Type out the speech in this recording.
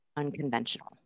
unconventional